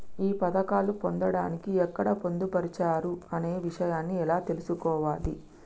ఈ పథకాలు పొందడానికి ఎక్కడ పొందుపరిచారు అనే విషయాన్ని ఎలా తెలుసుకోవాలి?